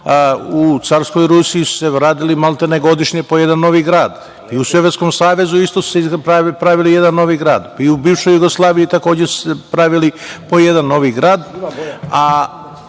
U Carskoj Rusiji se gradio maltene godišnje po jedan novi grad i u Sovjetskom Savezu isto se pravio jedan novi grad, i u bivšoj Jugoslaviji takođe se pravio po jedan novi grad